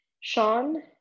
Sean